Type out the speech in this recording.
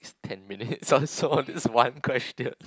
ten minutes so far on this one question